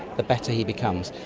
the better he becomes.